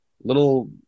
Little